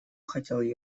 хотел